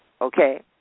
Okay